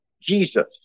Jesus